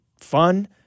fun